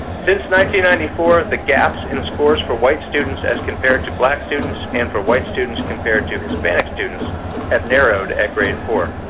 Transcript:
ninety ninety four the gaps in scores for white students as compared to black students and for white students compared to hispanic students have narrowed at grade four.